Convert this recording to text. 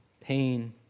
pain